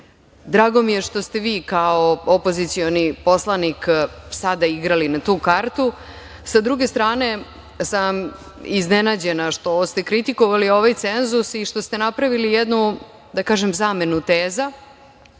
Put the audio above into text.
mi je što ste vi kao opozicioni poslanik sada igrali na tu kartu. Sa druge strane, sam iznenađena što ste kritikovali ovaj cenzus i što ste napravili jednu, da kažem, zamenu teza,